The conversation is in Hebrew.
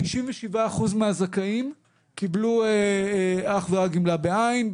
97% מהזכאים קיבלו אך ורק גמלה בעין,